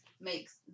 makes